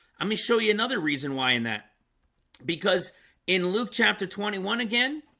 let me show you another reason why in that because in luke chapter twenty one again